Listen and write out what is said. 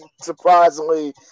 Surprisingly